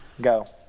Go